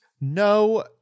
No